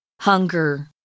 Hunger